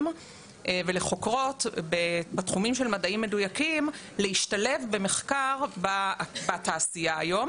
ולחוקרות בתחומים של מדעים מדויקים להשתלב במחקר בתעשייה היום,